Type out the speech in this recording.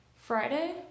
Friday